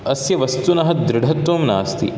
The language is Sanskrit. अस्य वस्तुनः दृढत्वं नास्ति